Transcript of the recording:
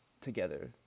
together